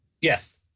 yes